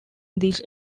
this